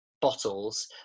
bottles